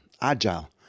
agile